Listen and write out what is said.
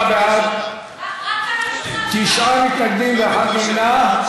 בעד, תשעה מתנגדים ואחד נמנע.